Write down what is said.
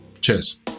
Cheers